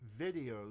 videos